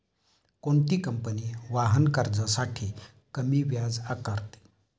कोणती कंपनी वाहन कर्जासाठी कमी व्याज आकारते?